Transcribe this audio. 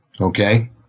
Okay